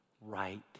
right